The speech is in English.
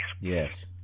Yes